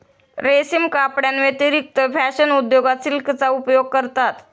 रेशीम कपड्यांव्यतिरिक्त फॅशन उद्योगात सिल्कचा उपयोग करतात